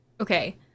Okay